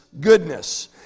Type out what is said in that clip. goodness